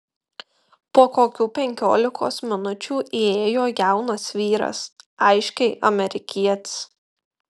po kokių penkiolikos minučių įėjo jaunas vyras aiškiai amerikietis